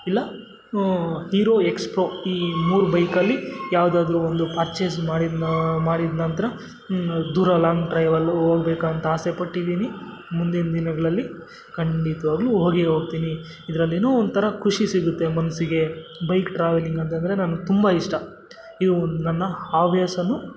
ಇಲ್ಲ Hero Xpro ಈ ಮೂರು ಬೈಕಲ್ಲಿ ಯಾವುದಾದ್ರು ಒಂದು ಪರ್ಚೇಸ್ ಮಾಡಿದ್ನ ಮಾಡಿದ ನಂತರ ದೂರ ಲಾಂಗ್ ಡ್ರೈವಲ್ಲಿ ಹೋಗ್ಬೇಕಂತ ಆಸೆ ಪಟ್ಟಿದ್ದೀನಿ ಮುಂದಿನ ದಿನಗಳಲ್ಲಿ ಖಂಡಿತ್ವಾಗ್ಲು ಹೋಗೇ ಹೋಗ್ತಿನಿ ಇದರಲ್ಲೇನೋ ಒಂಥರ ಖುಷಿ ಸಿಗುತ್ತೆ ಮನ್ಸಿಗೆ ಬೈಕ್ ಟ್ರಾವೆಲಿಂಗ್ ಅಂತಂದರೆ ನನ್ಗೆ ತುಂಬ ಇಷ್ಟ ಇವು ನನ್ನ ಹವ್ಯಾಸ